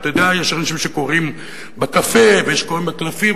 יש אנשים שקוראים בקפה ויש אנשים שקוראים בקלפים.